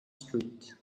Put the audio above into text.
street